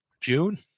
June